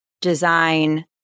design